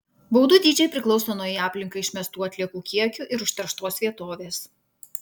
baudų dydžiai priklauso nuo į aplinką išmestų atliekų kiekių ir užterštos vietovės